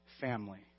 family